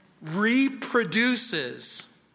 reproduces